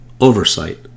oversight